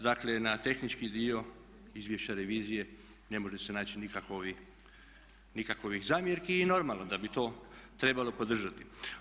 Dakle, na tehnički dio izvješća revizije ne može se naći nikakovih zamjerki i normalno da bi to trebalo podržati.